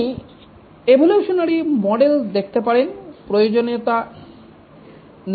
আপনি evolutionary model দেখতে পারেন প্রয়োজনীয়তা নির্দিষ্ট নয়